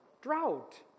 Drought